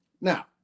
Now